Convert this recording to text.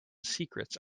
secrets